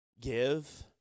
Give